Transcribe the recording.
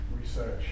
research